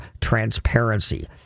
transparency